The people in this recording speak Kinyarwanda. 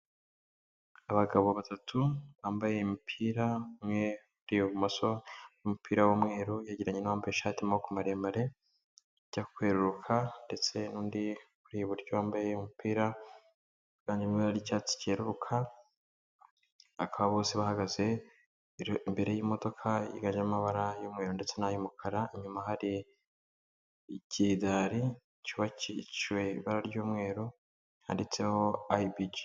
Abagabo batatu bambaye imipira umwe ibumoso'umupira w'mweru yegeranye nuwambaye ishati y'amaboko maremare ajya kweruka ndetse undi uri iburyo wambaye umupira bwa nyuma icyatsi keruka akaba bose bahagaze imbere y'imodoka yamabara y'umuriro ndetse n'iy'umukara inyuma hari ikidari cyubakiciwe ibara ry'mweru yanditseho iyibiji.